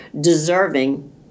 deserving